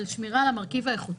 על שמירה על המרכיב האיכותי.